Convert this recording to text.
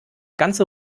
ganze